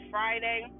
Friday